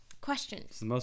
Questions